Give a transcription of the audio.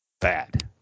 bad